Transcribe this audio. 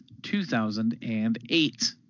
2008